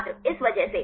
छात्र इस वजह से